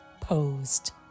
posed